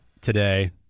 Today